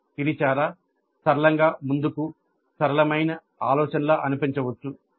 " ఇది చాలా సరళంగా ముందుకు సరళమైన ఆలోచనలా అనిపించవచ్చు